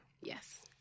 Yes